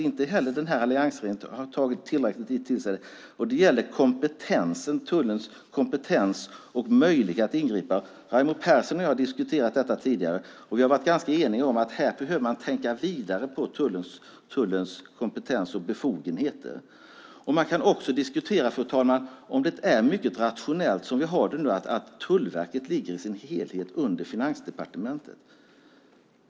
Inte heller alliansregeringen har tagit till sig det tillräckligt, nämligen tullens kompetens och möjlighet att ingripa. Raimo Pärssinen och jag har diskuterat detta tidigare och varit ganska eniga om att man behöver tänka vidare på tullens kompetens och befogenheter. Vidare kan man diskutera, fru talman, om det är rationellt att ha det som det nu är, nämligen att Tullverket i sin helhet ligger under Finansdepartementet.